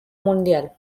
mundial